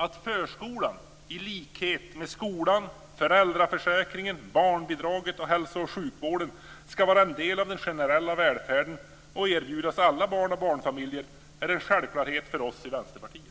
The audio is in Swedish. Att förskolan i likhet med skolan, föräldraförsäkringen, barnbidraget och hälso och sjukvården ska vara en del av den generella välfärden och erbjudas alla barn och barnfamiljer är en självklarhet för oss i Vänsterpartiet.